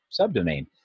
subdomain